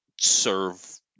serve